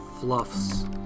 fluffs